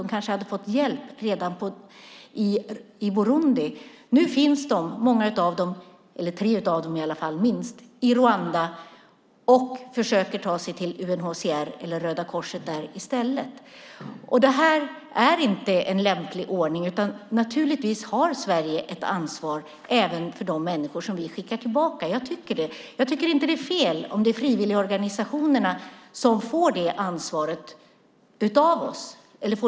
De kanske hade fått hjälp redan i Burundi. Nu finns minst tre av dem i Rwanda, och de försöker ta sig till UNHCR eller Röda Korset där i stället. Detta är inte en lämplig ordning, utan Sverige har naturligtvis ett ansvar även för de människor som man skickar tillbaka. Jag tycker det. Jag tycker inte att det är fel om det är frivilligorganisationerna som får det uppdraget av oss.